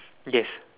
yes